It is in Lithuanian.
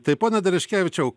tai pone dereškevičiau